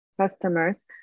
customers